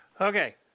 Okay